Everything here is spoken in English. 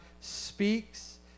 speaks